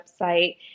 website